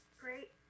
Great